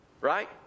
right